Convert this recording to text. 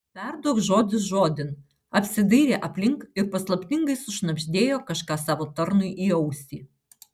perduok žodis žodin apsidairė aplink ir paslaptingai sušnabždėjo kažką savo tarnui į ausį